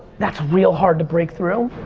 that's real hard to break through.